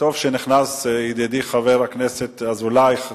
וטוב שנכנס ידידי חבר הכנסת אזולאי,